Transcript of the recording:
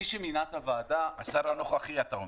מי שמינה את הוועדה --- השר הנוכחי, אתה אומר?